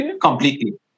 completely